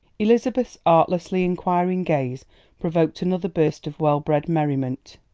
elizabeth's artlessly inquiring gaze provoked another burst of well-bred merriment.